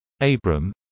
Abram